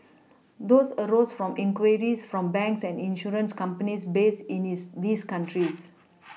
these arose from inquiries from banks and insurance companies based in his these countries